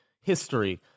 history